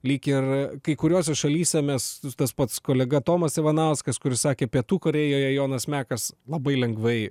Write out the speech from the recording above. lyg ir kai kuriose šalyse mes tas pats kolega tomas ivanauskas kuris sakė pietų korėjoje jonas mekas labai lengvai